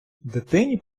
дитині